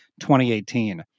2018